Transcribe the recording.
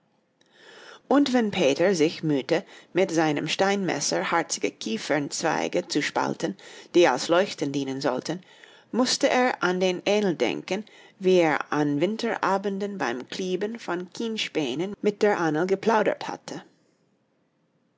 und wenn peter sich mühte mit seinem steinmesser harzige kiefernzweige zu spalten die als leuchten dienen sollten mußte er an den ähnl denken wie er an winterabenden beim klieben von kienspänen mit der ahnl geplaudert hatte